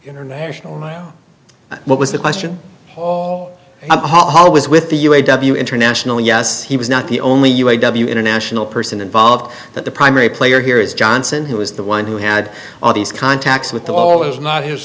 international what was the question haha was with the u a w international yes he was not the only u a w international person involved that the primary player here is johnson who is the one who had all these contacts with all is not